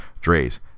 Dre's